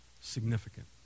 significant